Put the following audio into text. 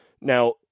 Now